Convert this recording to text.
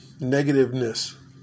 negativeness